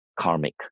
karmic